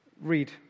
read